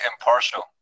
impartial